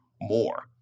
more